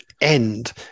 end